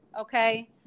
Okay